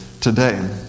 today